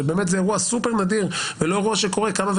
שבאמת זה אירוע סופר נדיר וזה לא אירוע שקורה